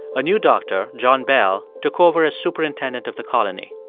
a new doctor, john bell, took over as superintendent of the colony.